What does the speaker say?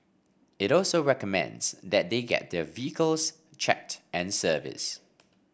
it also recommends that they get their vehicles checked and service